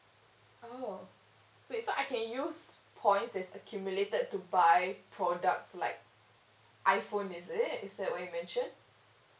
oh wait so I can use points that's accumulated to buy products like iphone is it is that what you mentioned